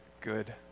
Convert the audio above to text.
good